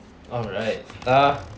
alright uh